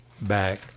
back